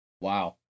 wow